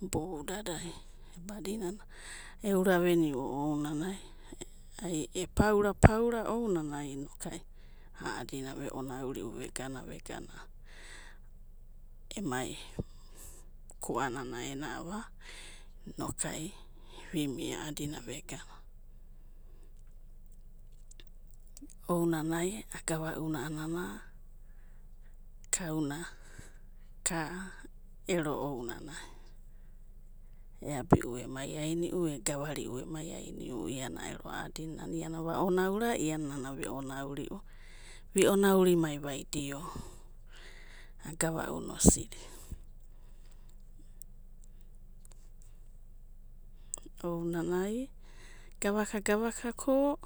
Boudadai, badinana eura veru'u ounanai, ai e paura paura ounanai ai a'adina veonauriu vegana emai kuanana aenava, inokai vimia a'adina vegana. Ounanai agava'una kauna'ka ero ounanai eabiu emaiainiu, egavariu emaiainiu a'adina, iana nana va'onaura, iana nana veonauriu, vi'onaurimai vaidio, agava'una osidi. Ounanai gavaka'gavaka ko